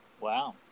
Wow